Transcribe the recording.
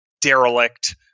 derelict